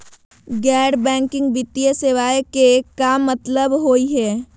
गैर बैंकिंग वित्तीय सेवाएं के का मतलब होई हे?